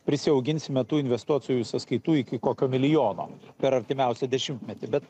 prisiauginsime tų investuotojų sąskaitų iki kokio milijono per artimiausią dešimtmetį bet